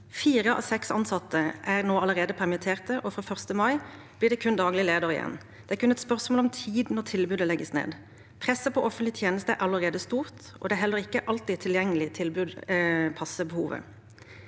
Fire av seks ansatte er nå allerede permittert, og fra 1. mai blir det kun daglig leder igjen. Det er kun et spørsmål om tid før tilbudet legges ned. Presset på offentlige tjenester er allerede stort, og det er heller ikke alltid slik at tilgjengelig tilbud passer behovet.